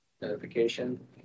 notification